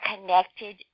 connected